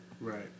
right